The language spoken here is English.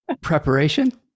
Preparation